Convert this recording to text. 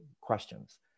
questions